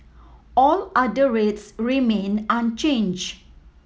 all other rates remain unchanged